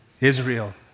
Israel